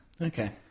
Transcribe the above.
Okay